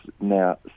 now